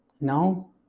No